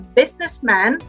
businessman